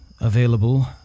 available